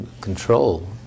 control